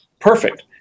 perfect